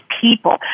people